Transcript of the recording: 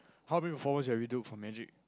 how many performance have you do for magic